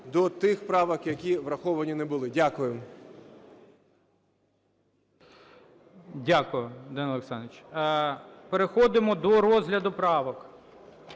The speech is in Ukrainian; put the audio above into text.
до тих правок, які враховані не були. Дякую. ГОЛОВУЮЧИЙ. Дякую, Данило Олександрович. Переходимо до розгляду правок,